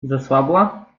zasłabła